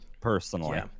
personally